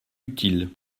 utile